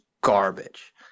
garbage